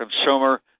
consumer